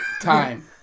time